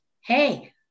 hey